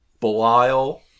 Belial